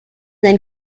dein